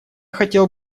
хотел